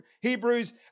Hebrews